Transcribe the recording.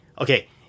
Okay